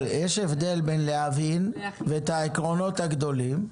אבל יש הבדל בין להבין, ואת העקרונות הגדולים,